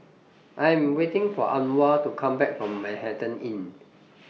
I Am waiting For Anwar to Come Back from Manhattan Inn